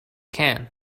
can